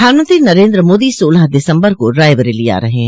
प्रधानमंत्री नरेन्द्र मोदी सोलह दिसम्बर को रायबरेली आ रहे हैं